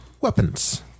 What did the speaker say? weapons